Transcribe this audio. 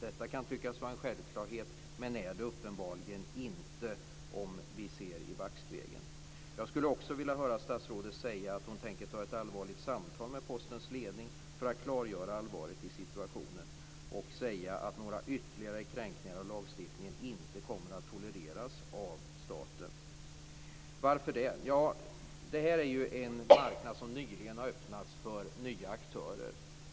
Detta kan tyckas vara en självklarhet, men om vi tittar i backspegeln ser vi att det uppenbarligen inte är det. Jag skulle också vilja höra statsrådet säga att hon tänker ta ett allvarligt samtal med Postens ledning för att klargöra allvaret i situationen och säga att några ytterligare kränkningar av lagstiftningen inte kommer att tolereras av staten. Varför det? Jo, det här är en marknad som nyligen har öppnats för nya aktörer.